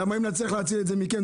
למה אם נצליח להוציא את זה מכם,